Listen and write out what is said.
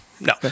No